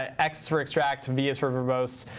ah x for extract, v is for verbose,